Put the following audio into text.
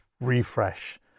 refresh